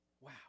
Wow